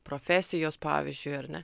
profesijos pavyzdžiui ar ne